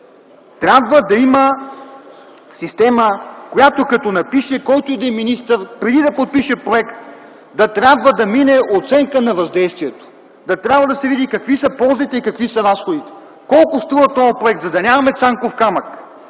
Трябва да има система, която като напише който и да е министър преди да подпише проект да трябва да мине оценка на въздействието, да трябва да се види какви са ползите и какви са разходите, колко струва тоя проект, за да нямаме „Цанков камък”.